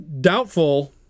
Doubtful